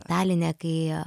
taline kai